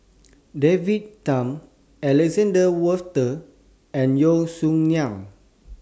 David Tham Alexander Wolters and Yeo Song Nian